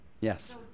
Yes